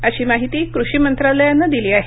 अशी माहिती कृषी मंत्रालयानं दिली आहे